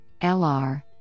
LR